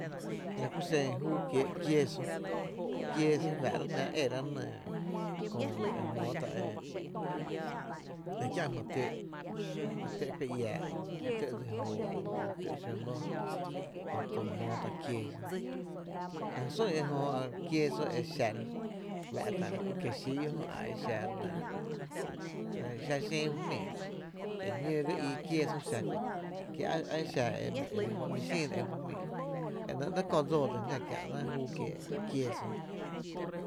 La ku xen júú kiee’ queso, queso faa’rá’ jná’ érá’ nɇɇ köö e jmóótá’ e kiä’ jmy tǿǿ’ jmy tǿ’ kuⱥ iaä’ o jmy tǿ’ dsi joo o jmy tǿ’ xǿǿ lóó, jö tu jmoo tá’ queso, la jy sún ejö queso e xa e faa’ta la ku quesillo jö a e xa sin ju jmíi, ki ñóó ga ii queso xa kö kí exa e mi xína ju jmíi, e ne néé’ köö dsoo dsí jná e kiee’ kiä’na júú kiee’ e xin queso.